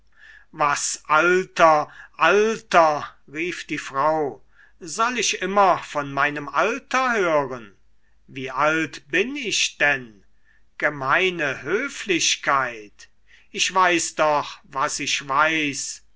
was alter alter rief die frau soll ich immer von meinem alter hören wie alt bin ich denn gemeine höflichkeit ich weiß doch was ich weiß